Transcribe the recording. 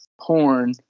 porn